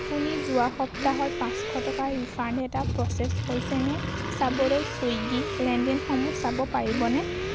আপুনি যোৱা সপ্তাহত পাঁচশ টকাৰ ৰিফাণ্ড এটা প্ৰ'চেছ হৈছেনে চাবলৈ চুইগি লেনদেনসমূহ চাব পাৰিবনে